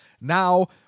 now